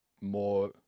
more